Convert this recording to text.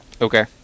Okay